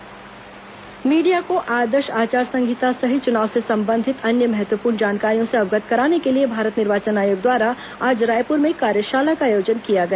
चुनाव आयोग कार्यशाला मीडिया को आदर्श आचार संहिता सहित चुनाव से संबंधित अन्य महत्वपूर्ण जानकारियों से अवगत कराने के लिए भारत निर्वाचन आयोग द्वारा आज रायपुर में कार्यशाला का आयोजन किया गया